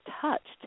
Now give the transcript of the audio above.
touched